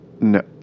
No